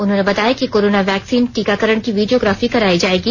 उन्होंने बताया कि कोरोना वैक्सीन टीकाकरण की वीडियोग्राफी कराई जाएगी